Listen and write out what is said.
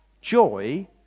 joy